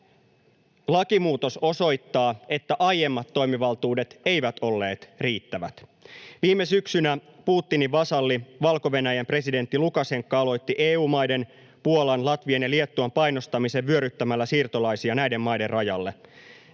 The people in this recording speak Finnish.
Lakimuutos osoittaa, että aiemmat toimivaltuudet eivät olleet riittävät. Viime syksynä Putinin vasalli Valko-Venäjän presidentti Lukašenka aloitti EU-maiden Puolan, Latvian ja Liettuan painostamisen vyöryttämällä siirtolaisia näiden maiden rajalle.